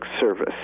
service